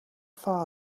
far